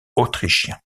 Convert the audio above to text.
autrichien